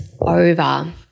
over